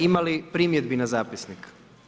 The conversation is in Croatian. Ima li primjedbi na zapisnik?